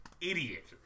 idiot